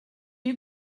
you